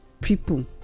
people